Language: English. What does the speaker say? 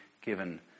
given